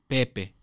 Pepe